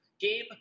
Game